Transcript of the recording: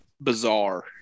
bizarre